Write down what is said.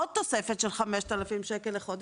היא עוד תוספת של 5000 שקל לחודש,